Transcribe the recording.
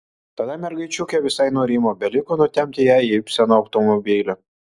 tada mergaičiukė visai nurimo beliko nutempti ją į ibseno automobilį